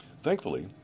thankfully